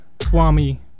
swami